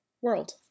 world